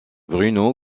bruno